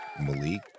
Malik